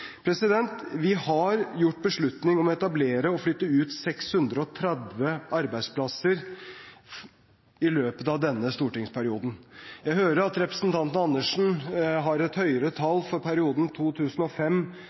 samarbeidspartnere. Vi har gjort beslutning om å etablere og flytte ut 630 arbeidsplasser i løpet av denne stortingsperioden. Jeg hører at representanten Andersen har et høyere